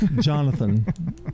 Jonathan